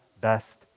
best